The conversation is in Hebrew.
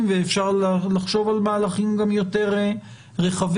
ואפשר לחשוב גם על מהלכים יותר רחבים.